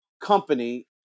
company